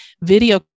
video